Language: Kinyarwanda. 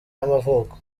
y’amavuko